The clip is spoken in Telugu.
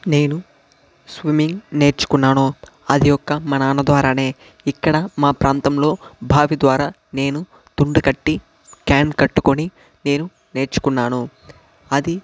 నేను స్విమ్మింగ్ నేర్చుకున్నాను అది ఒక మా నాన్న ద్వారానే ఇక్కడ మా ప్రాంతంలో భావి ద్వారా నేను తొండగట్టి క్యాన్ కట్టుకొని నేను నేర్చుకున్నాను అది